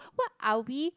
what are we